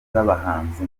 z’abahanzi